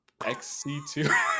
XC2